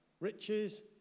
riches